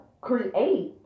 create